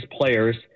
players